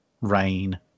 rain